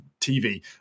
TV